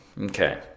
Okay